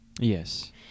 Yes